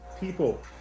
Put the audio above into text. people